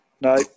No